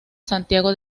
santiago